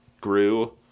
grew